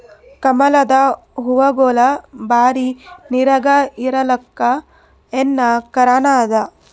ಕಮಲದ ಹೂವಾಗೋಳ ಬರೀ ನೀರಾಗ ಇರಲಾಕ ಏನ ಕಾರಣ ಅದಾ?